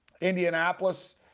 Indianapolis